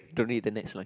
don't need the next line